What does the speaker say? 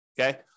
Okay